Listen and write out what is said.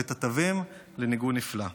ואת התווים לניגון נפלא.